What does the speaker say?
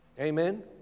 Amen